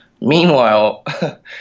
Meanwhile